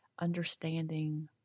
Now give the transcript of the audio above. understanding